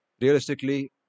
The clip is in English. Realistically